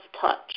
touch